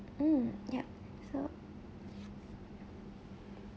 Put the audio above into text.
mm yup so